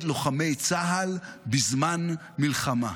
נגד לוחמי צה"ל בזמן מלחמה.